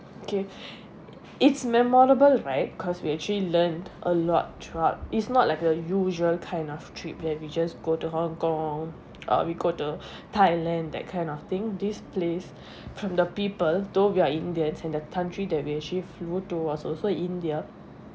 okay it's memorable right cause we actually learned a lot throughout it's not like a usual kind of trip that we just go to hong kong or we go to thailand that kind of thing this place from the people though we are indians and the country that we actually flew to was also india